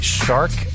shark